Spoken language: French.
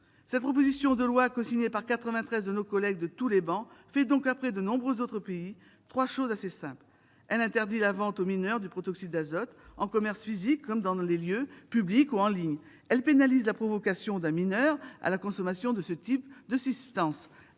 Cette proposition de loi, cosignée par plus de quatre-vingt-dix de nos collègues siégeant dans toutes les travées, fait donc, après de nombreux autres pays, trois choses assez simples. D'abord, elle interdit la vente aux mineurs du protoxyde d'azote, en commerces physiques comme dans les lieux publics ou en ligne. Ensuite, elle pénalise la provocation d'un mineur à la consommation de ce type de substance.